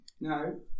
No